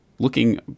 looking